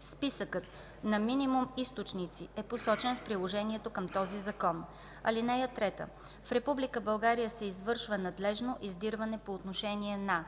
Списъкът на минимум източниците е посочен в приложението към този закон. (3) В Република България се извършва надлежно издирване по отношение на: